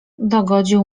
dogodził